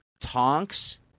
Tonks